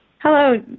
Hello